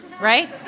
right